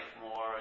more